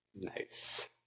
Nice